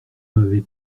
m’avez